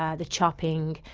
ah the chopping,